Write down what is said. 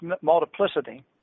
multiplicity